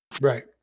right